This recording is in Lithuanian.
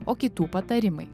o kitų patarimai